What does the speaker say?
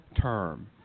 term